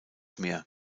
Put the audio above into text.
mehr